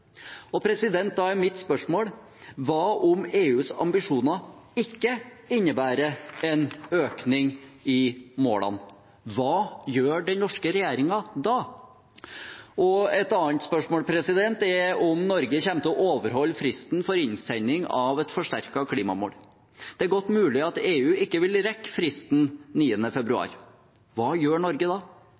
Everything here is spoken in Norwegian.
Da er mitt spørsmål: Hva om EUs ambisjoner ikke innebærer en økning av målene? Hva gjør den norske regjeringen da? Et annet spørsmål er om Norge kommer til å overholde fristen for innsending av et forsterket klimamål. Det er godt mulig at EU ikke vil rekke fristen, som er 9. februar. Hva gjør Norge da?